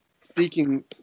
speaking